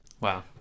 Wow